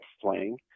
playing